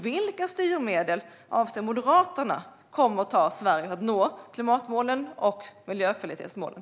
Vilka styrmedel anser Moderaterna kommer att göra att Sverige kan nå de klimatmålen och de miljöpolitiska målen?